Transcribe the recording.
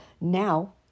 now